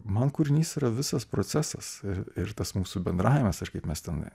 man kūrinys yra visas procesas ir tas mūsų bendravimas ir kaip mes tenai